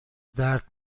درد